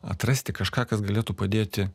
atrasti kažką kas galėtų padėti